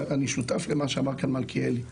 אני שותף למה שאמר כאן מלכיאלי,